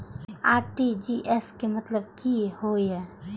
RTGS के मतलब की होय ये?